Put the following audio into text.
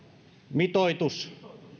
mitoitus